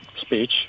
speech